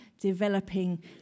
developing